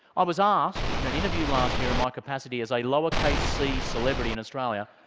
i was asked in an interview last year in my capacity as a lower-case c celebrity in australia,